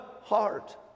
heart